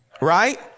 right